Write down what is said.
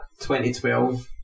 2012